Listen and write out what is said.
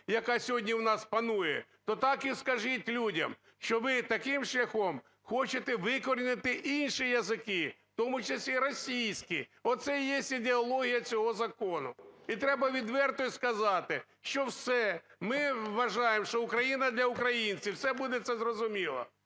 яка сьогодні у нас панує, то так і скажіть людям, що ви таким шляхом хочете викорінити інші языки, в тому числі і російський. Оце і є ідеологія цього закону. І треба відверто сказати, що все, ми вважаємо, що Україна для українців, все буде це зрозуміло.